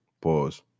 Pause